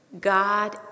God